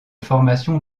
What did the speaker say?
formation